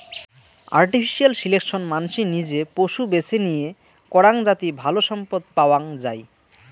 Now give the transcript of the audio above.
artificial selection মানসি নিজে পশু বেছে নিয়ে করাং যাতি ভালো সম্পদ পাওয়াঙ যাই